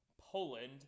Poland